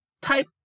type